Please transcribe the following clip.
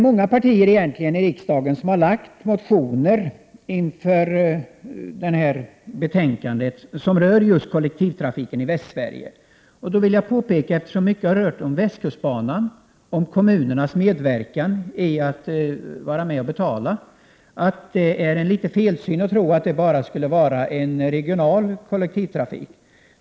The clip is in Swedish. Många partier i riksdagen har väckt motioner om just kollektivtrafiken i Västsverige. Eftersom mycket av debatten har rört västkustbanan och kommunernas medverkan när det gäller att betala, vill jag påpeka att det är fel att tro att det bara skulle vara fråga om en regional kollektivtrafik.